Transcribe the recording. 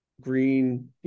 green